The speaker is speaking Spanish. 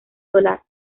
solar